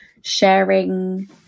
sharing